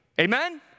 Amen